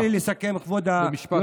תרשה לי לסכם, כבוד היושב-ראש.